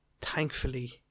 Thankfully